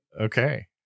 okay